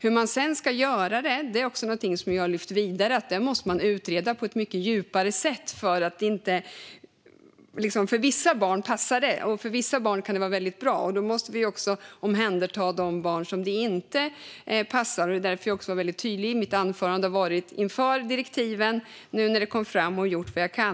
Hur man sedan ska göra det är någonting som jag har lyft vidare - man måste utreda det på ett mycket djupare sätt. För vissa barn passar det; för vissa barn kan det vara väldigt bra. Då måste vi också omhänderta de barn som det inte passar för. Det var därför jag var väldigt tydlig i mitt anförande, vilket jag även har varit inför direktiven och nu när detta har kommit fram. Jag har gjort vad jag kan.